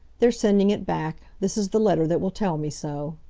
they're sending it back. this is the letter that will tell me so.